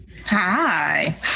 hi